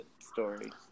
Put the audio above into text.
story